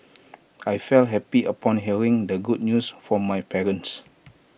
I felt happy upon hearing the good news from my parents